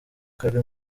kari